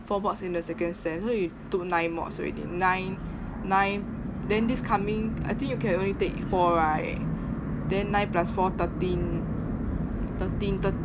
four mods in the second sem so you took nine mods already nine nine then this coming I think you can only take four right then nine plus four thirteen thirteen thir~